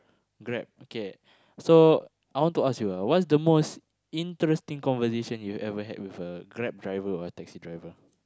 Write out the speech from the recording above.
Grab okay so I want to ask you ah what's the most interesting conversation you ever had with a Grab driver or taxi driver